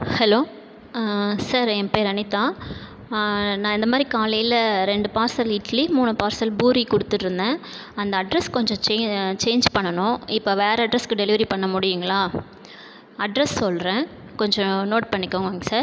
hello sir என் பெயரு அனிதா நான் இந்தமாதிரி காலையில் ரெண்டு பார்சல் இட்லி மூணு பார்சல் பூரி குடுத்துட்ருந்தேன் அந்த அட்ரெஸ் கொஞ்சம் சேஞ் சேஞ் பண்ணனும் இப்ப வேற அட்ரஸ்க்கு டெலிவரி பண்ண முடியுங்களா அட்ரஸ் சொல்ற கொஞ்சம் நோட் பண்ணிக்கோங்கங்க சார்